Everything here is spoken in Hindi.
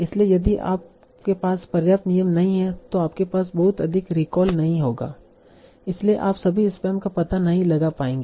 इसलिए यदि आपके पास पर्याप्त नियम नहीं हैं तो आपके पास बहुत अधिक रिकॉल नहीं होगा इसलिए आप सभी स्पैम का पता नहीं लगा पाएंगे